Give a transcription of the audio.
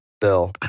Bill